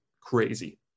crazy